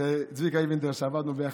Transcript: צביקה אינבינדר, שעבדנו ביחד.